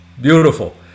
beautiful